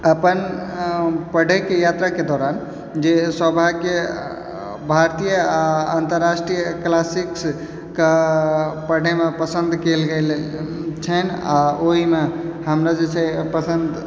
अपन पढ़ैके यात्राके दौरान जे सौभाग्य भारतीय आओर अन्तराष्ट्रीय क्लासिक्सके पढ़ैमे पसन्द कयल गेल छन्हि आओर ओहिमे हमरा जे छै पसन्द